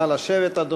נא לשבת, אדוני.